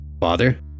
Father